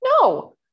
No